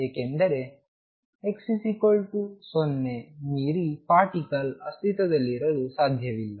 ಏಕೆಂದರೆ x 0 ಮೀರಿ particle ಅಸ್ತಿತ್ವದಲ್ಲಿರಲು ಸಾಧ್ಯವಿಲ್ಲ